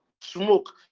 smoke